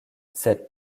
cette